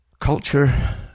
Culture